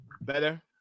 Better